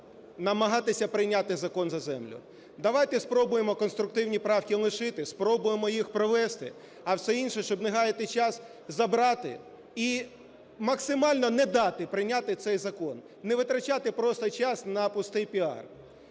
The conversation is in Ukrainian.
намагатися прийняти закон за землю. Давайте спробуємо конструктивні правки лишити, спробуємо їх провести, а все інше, щоб не гаяти час, забрати і максимально не дати прийняти цей закон, не витрачати просто час на пустий піар.